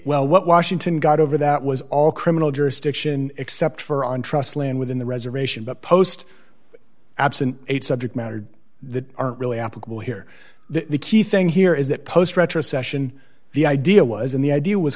well what washington got over that was all criminal jurisdiction except for on trust land within the reservation but post absent a subject matter that aren't really applicable here the key thing here is that post retrocession the idea was and the idea was